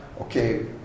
Okay